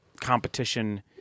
competition